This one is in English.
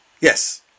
Yes